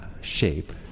shape